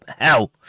hell